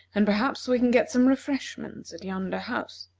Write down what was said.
and perhaps we can get some refreshments at yonder house.